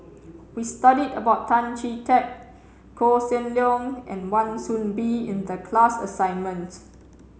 we studied about Tan Chee Teck Koh Seng Leong and Wan Soon Bee in the class assignment